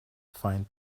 find